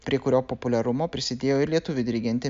prie kurio populiarumo prisidėjo ir lietuvių dirigentė